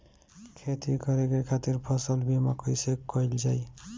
खेती करे के खातीर फसल बीमा कईसे कइल जाए?